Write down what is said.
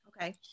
Okay